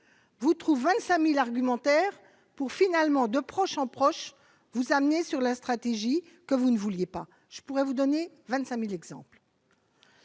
vous trouve 25000 argumentaire pour, finalement, de proche en proche, vous amener sur la stratégie que vous ne vouliez pas, je pourrais vous donner 25000 exemplaires